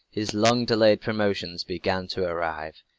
his long-delayed promotions began to arrive.